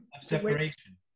separation